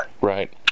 right